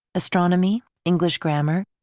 astronomy, english grammar,